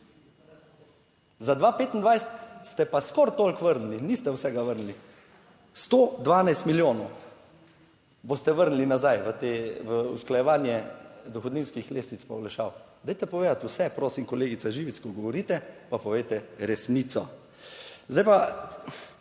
za 2025 ste pa skoraj toliko vrnili, niste vsega vrnili. 112 milijonov boste vrnili nazaj v usklajevanje dohodninskih lestvic pa olajšav. Dajte povedati vse, prosim kolegica Živec, ko govorite, pa povejte resnico. Zdaj pa,